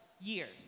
years